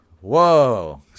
whoa